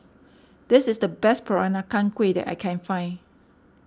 this is the best Peranakan Kueh that I can find